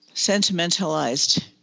Sentimentalized